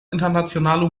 internationale